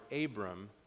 Abram